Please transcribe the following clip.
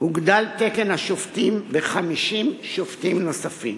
הוגדל תקן השופטים ב-50 שופטים נוספים.